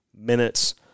minutes